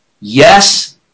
yes